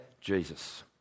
Jesus